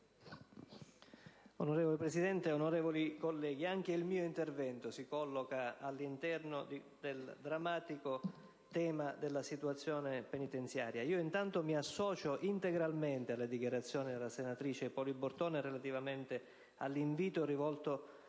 Onorevole Presidente, onorevoli colleghi, anche il mio intervento si colloca all'interno del drammatico tema della situazione penitenziaria. Intanto mi associo integralmente alle dichiarazioni della senatrice Poli Bortone relativamente all'invito rivolto